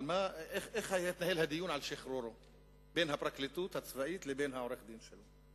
איך התנהל הדיון על שחרורו בין הפרקליטות הצבאית לבין עורך-הדין שלו.